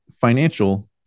financial